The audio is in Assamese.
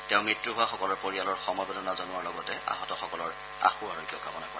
তেওঁ মৃত্যু হোৱাসকলৰ পৰিয়ালৰ সমবেদনা জনোৱাৰ লগতে আহতসকলৰ আশু আৰোগ্য কামনা কৰে